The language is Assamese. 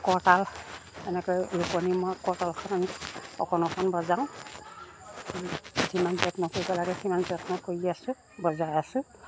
কৰতাল এনেকৈ ৰুকণি মই কৰতালখন আনি অকণ অকণ বজাওঁ যিমান যত্ন কৰিব লাগে সিমান যত্ন কৰি আছোঁ বজাই আছোঁ